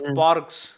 parks